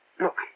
Look